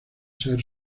ser